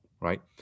right